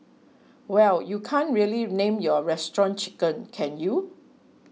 well you can't really name your restaurant Chicken can you